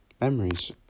memories